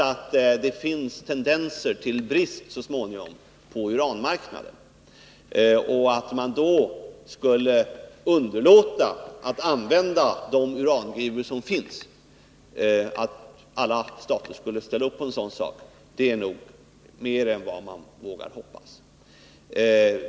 Att alla stater skulle ansluta sig till tanken att man skall underlåta att använda de urangruvor som finns är nog mer än vad man vågar hoppas på.